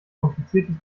kompliziertes